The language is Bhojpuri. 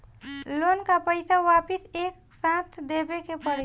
लोन का पईसा वापिस एक साथ देबेके पड़ी?